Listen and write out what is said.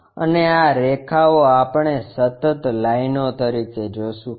અને આ રેખાઓ આપણે સતત લાઇનો તરીકે જોશું